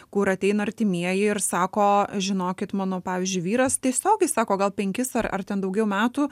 kur ateina artimieji ir sako žinokit mano pavyzdžiui vyras tiesiogiai sako gal penkis ar ar ten daugiau metų